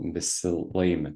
visi laimi